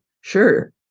sure